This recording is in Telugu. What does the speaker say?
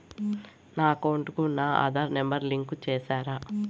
నా అకౌంట్ కు నా ఆధార్ నెంబర్ లింకు చేసారా